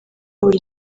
buri